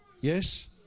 Yes